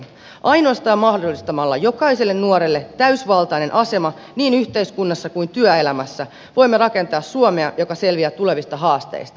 ainoastaan mahdollistamalla jokaiselle nuorelle täysivaltaisen aseman niin yhteiskunnassa kuin työelämässäkin voimme rakentaa suomea joka selviää tulevista haasteista